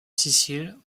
sicile